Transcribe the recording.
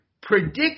predict